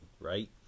right